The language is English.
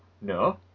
No